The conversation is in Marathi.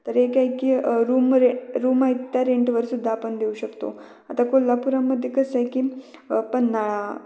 तर एक ऐकी रूमरे रूम आहे त्या रेंटवर सुद्धा आपण देऊ शकतो आता कोल्हापुरामध्ये कसं आहे की पन्हाळा